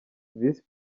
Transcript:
visi